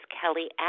Kelly